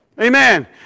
Amen